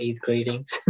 greetings